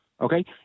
okay